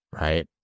right